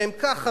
והם ככה,